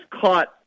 caught